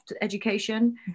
Education